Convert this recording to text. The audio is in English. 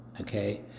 okay